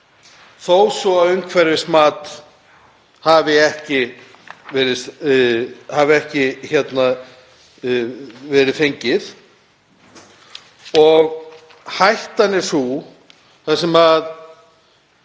þó svo að umhverfismat hafi ekki verið fengið. Hættan er sú, þar sem